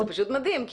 זה פשוט מדהים.